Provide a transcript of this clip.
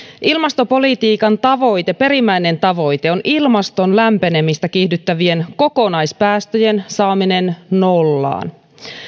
ilmastopolitiikan perimmäinen tavoite on ilmaston lämpenemistä kiihdyttävien kokonaispäästöjen saaminen nollaan